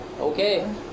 Okay